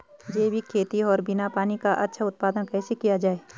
जैविक खेती और बिना पानी का अच्छा उत्पादन कैसे किया जाए?